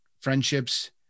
friendships